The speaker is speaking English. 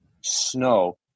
snow